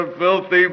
filthy